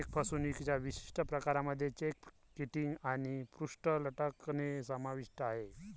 check फसवणुकीच्या विशिष्ट प्रकारांमध्ये चेक किटिंग आणि पृष्ठ लटकणे समाविष्ट आहे